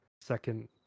second